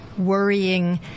worrying